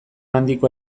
handiko